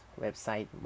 website